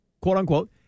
quote-unquote